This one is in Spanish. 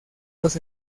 los